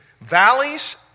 valleys